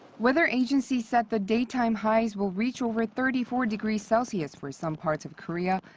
weather agencies said the day time highs will reach over thirty four degrees celsius for some parts of korea,